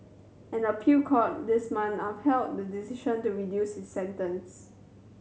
an appeal court this month upheld the decision to reduce his sentence